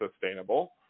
sustainable